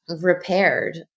repaired